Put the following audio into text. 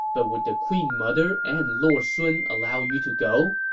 but would the queen mother and lord sun allow you to go?